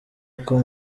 uko